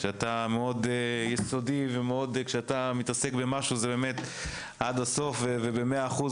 שאתה מאוד יסודי וכשאתה מתעסק במשהו זה באמת עד הסוף ובמאה אחוז,